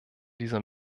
dieser